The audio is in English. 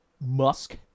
Musk